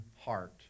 heart